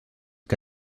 que